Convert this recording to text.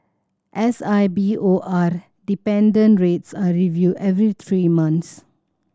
S I B O R dependent rates are reviewed every three months